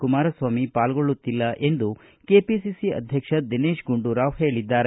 ಕುಮಾರಸ್ವಾಮಿ ಪಾಲ್ಗೊಳ್ಳುತ್ತಿಲ್ಲ ಎಂದು ಕೆಪಿಸಿಸಿ ಅಧ್ಯಕ್ಷ ದಿನೇಶ್ ಗುಂಡೂರಾವ್ ಹೇಳಿದ್ದಾರೆ